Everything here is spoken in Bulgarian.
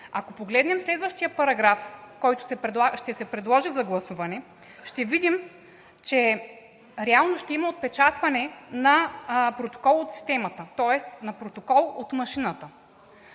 Ако погледнем следващия параграф, който ще се предложи за гласуване, ще видим, че реално ще има отпечатване на протокола от системата, тоест на протокол от машината.